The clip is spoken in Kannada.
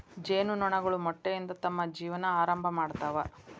ಜೇನು ನೊಣಗಳು ಮೊಟ್ಟೆಯಿಂದ ತಮ್ಮ ಜೇವನಾ ಆರಂಭಾ ಮಾಡ್ತಾವ